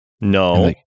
No